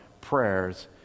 prayers